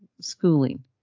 schooling